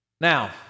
Now